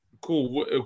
cool